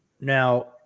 Now